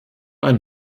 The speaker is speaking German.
ein